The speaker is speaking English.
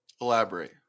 Elaborate